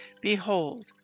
Behold